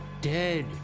dead